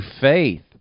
faith